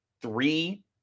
three